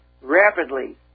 rapidly